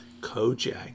Kojak